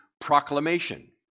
proclamation